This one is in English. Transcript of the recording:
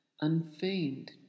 Unfeigned